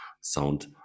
sound